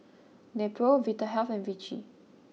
Nepro Vitahealth and Vichy